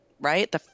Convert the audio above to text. right